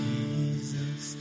Jesus